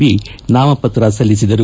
B ನಾಮಪತ್ರ ಸಲ್ಲಿಸಿದರು